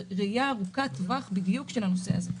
זה ראייה ארוכת-טווח של הנושא הזה.